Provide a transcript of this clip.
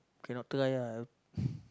cannot try ah I